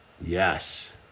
Yes